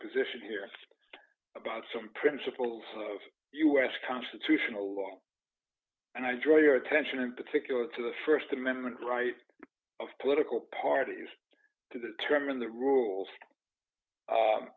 position here about some principles of u s constitutional law and i draw your attention in particular to the st amendment rights of political parties to determine the rules